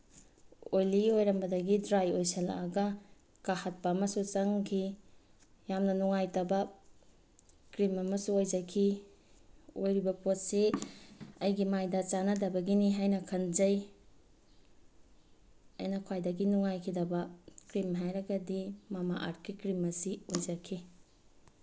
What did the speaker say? oily ꯑꯣꯏꯔꯝꯕꯗꯒꯤ dry ꯑꯣꯏꯁꯤꯜꯂꯛꯑꯒ ꯀꯥꯍꯠꯄ ꯑꯃꯁꯨ ꯆꯪꯈꯤ ꯌꯥꯝꯅ ꯅꯨꯡꯉꯥꯏꯇꯕ ꯀ꯭ꯔꯤꯝ ꯑꯃꯁꯨ ꯑꯣꯏꯖꯈꯤ ꯑꯣꯏꯔꯤꯕ ꯄꯣꯠꯁꯤ ꯑꯩꯒꯤ ꯃꯥꯏꯗ ꯆꯥꯟꯅꯗꯕꯒꯤꯅꯤ ꯍꯥꯏꯅ ꯈꯟꯖꯩ ꯑꯩꯅ ꯈ꯭ꯋꯥꯏꯗꯒꯤ ꯅꯨꯡꯉꯥꯏꯈꯤꯗꯕ ꯀ꯭ꯔꯤꯝ ꯍꯥꯏꯔꯒꯗꯤ ꯃꯃꯥ ꯑꯥꯔꯠꯀꯤ ꯀ꯭ꯔꯤꯝ ꯑꯁꯤ ꯑꯣꯏꯖꯈꯤ